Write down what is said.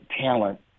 talent